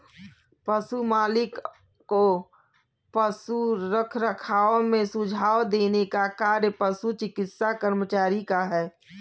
पशु मालिक को पशु रखरखाव में सुझाव देने का कार्य पशु चिकित्सा कर्मचारी का है